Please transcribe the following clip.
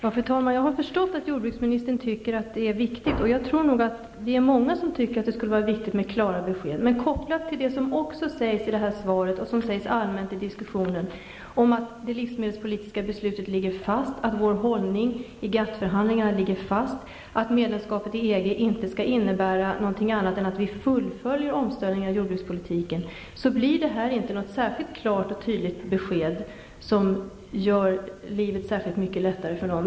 Fru talman! Jag har förstått att jordbruksministern tycker att det är viktigt. Jag tror att vi är många som tycker att det skulle vara viktigt med klara besked. Kopplat till vad som också sägs i svaret och som sägs allmänt i diskussionen om att det livsmedelspolitiska beslutet ligger fast, att vår hållning i GATT-förhandlingarna ligger fast och att medlemskapet i EG inte skall innebära någonting annat än att vi fullföljer omställningen av jordbrukspolitiken blir det här inte något klart och tydligt besked, som gör livet särskilt mycket lättare för någon.